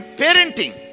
parenting